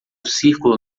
círculo